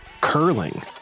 curling